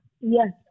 Yes